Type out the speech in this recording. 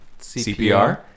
CPR